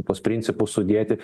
tuos principus sudėti